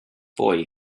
boy